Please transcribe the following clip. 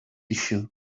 tissue